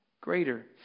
greater